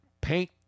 paint